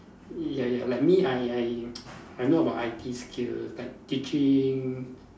ya ya like me I I I know about I_T skills like teaching